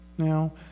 Now